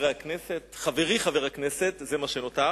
חברי חבר הכנסת, זה מה שנותר,